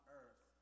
earth